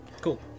Cool